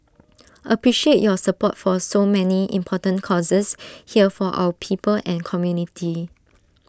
appreciate your support for so many important causes here for our people and community